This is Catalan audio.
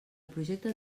projecte